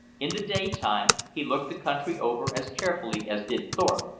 in the day-time he looked the country over as carefully as did thorpe.